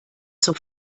zur